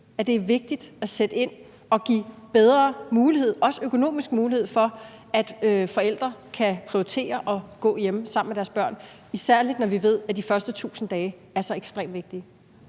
at det er vigtigt at sætte ind og give bedre mulighed, også økonomisk, for, at forældre kan prioritere at gå hjemme sammen med deres børn, især når vi ved, at de første 1.000 dage er så ekstremt vigtige?